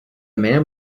man